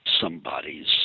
somebody's